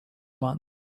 month